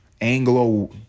Anglo